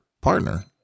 partner